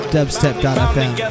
Dubstep.fm